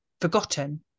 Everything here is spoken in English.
forgotten